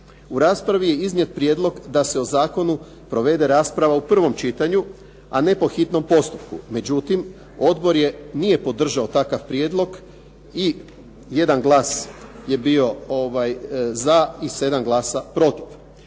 U raspravi je iznijet prijedlog da se o zakonu provede rasprava u prvom čitanju, a ne po hitnom postupku. Međutim, odbor nije podržao takav prijedlog i jedan glas je bio za i 7 glasova protiv.